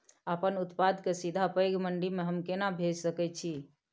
अपन उत्पाद के सीधा पैघ मंडी में हम केना भेज सकै छी?